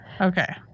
Okay